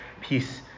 Peace